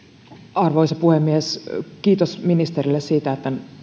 arvoisa puhemies kiitos ministerille siitä että